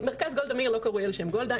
מרכז גולדה מאיר לא קרוי על שם גולדה,